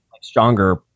Stronger